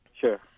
Sure